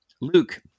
Luke